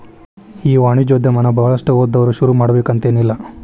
ಈ ವಾಣಿಜ್ಯೊದಮನ ಭಾಳಷ್ಟ್ ಓದ್ದವ್ರ ಶುರುಮಾಡ್ಬೆಕಂತೆನಿಲ್ಲಾ